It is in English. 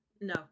no